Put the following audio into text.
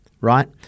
right